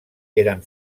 eren